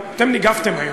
אתם ניגפתם היום,